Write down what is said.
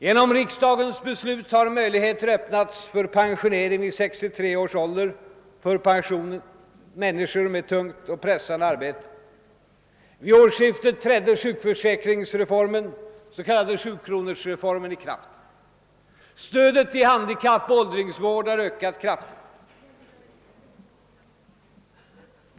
Genom riksdagens beslut har möjlighet öppnats för pensionering vid 63 års ålder för människor med tungt och pressande arbete. Vid årsskiftet trädde sjukförsäkringsreformen, den s.k. 7-kronorsreformen, i kraft. Stödet till de handikappade och till åldringsvården har ökat.